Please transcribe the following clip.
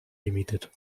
gemietet